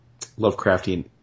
Lovecraftian